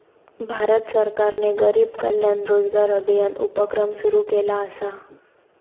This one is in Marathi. भारत सरकारने गरीब कल्याण रोजगार अभियान उपक्रम सुरू केला असा